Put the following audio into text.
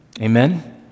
Amen